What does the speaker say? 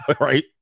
Right